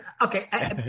okay